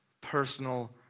personal